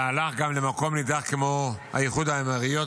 והלך גם למקום נידח כמו איחוד האמירויות,